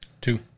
Two